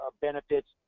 benefits